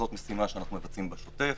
זו משימה שאנחנו מבצעים בשוטף.